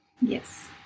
Yes